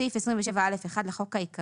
סעיף 27א 18א. בסעיף 27א(א)(1) לחוק העיקרי,